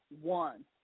one